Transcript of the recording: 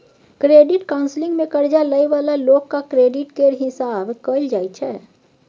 credit counselling मे कर्जा लइ बला लोकक क्रेडिट केर हिसाब कएल जाइ छै